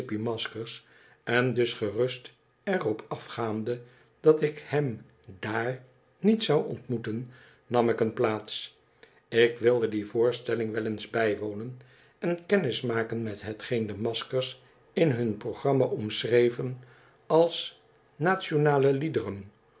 mississippi maskers en dus gerust er op afgaande dat ik hem daar niet zou ontmoeten nam ik een plaats ik wilde die voorstelling wel eens bijwonen en kennis maken met hetgeen de maskers in hun programma omschreven als nationale liederen